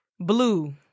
Blue